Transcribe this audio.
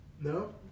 No